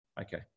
okay